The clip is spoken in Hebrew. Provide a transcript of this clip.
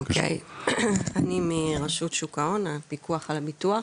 אני מרשות שוק ההון, הפיקוח על הביטוח.